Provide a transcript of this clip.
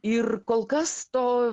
ir kol kas to